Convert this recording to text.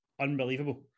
unbelievable